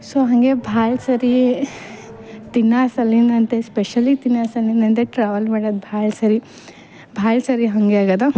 so ಹಂಗೆ ಭಾಳ ಸರಿ ತಿನ್ನೊಸಲಿಂದ ಅಂತೆ ಸ್ಪೆಶಲಿ ತಿನ್ನೊಸಲಿಂದ್ ಅಂದರೆ ಟ್ರಾವಲ್ ಮಾಡೋದು ಭಾಳ ಸರಿ ಭಾಳ ಸರಿ ಹಂಗೆ ಆಗದ